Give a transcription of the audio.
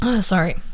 Sorry